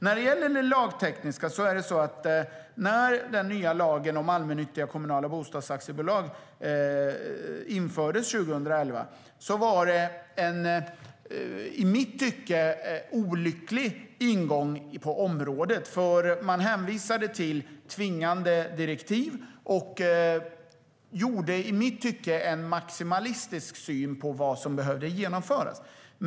När det gäller det lagtekniska var det en, i mitt tycke, olycklig ingång på området när den nya lagen om allmännyttiga kommunala bostadsaktiebolag infördes 2011. Man hänvisade till tvingande direktiv och gjorde en maximalistisk syn på vad som behövde genomföras.